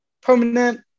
permanent